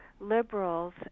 liberals